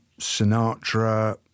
Sinatra